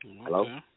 hello